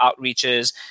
outreaches